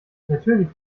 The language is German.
natürlich